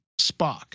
Spock